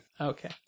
Okay